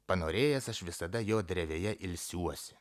panorėjęs aš visada jo drevėje ilsiuosi